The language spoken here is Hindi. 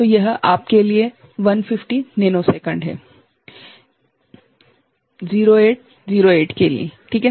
तो यह आपके लिए 150 नेनोसेकंड हैं 0808 के लिए ठीक है